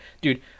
Dude